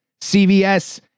CVS